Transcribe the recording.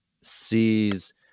sees